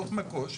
דוח מקו"ש,